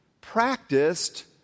practiced